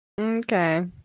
Okay